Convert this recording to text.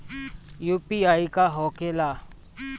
UPI का होके ला?